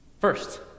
First